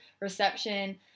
reception